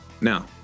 Now